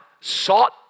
sought